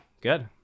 good